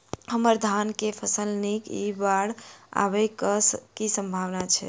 हम्मर धान केँ फसल नीक इ बाढ़ आबै कऽ की सम्भावना छै?